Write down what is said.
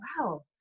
wow